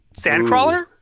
sandcrawler